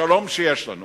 השלום שיש לנו